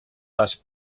les